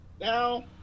now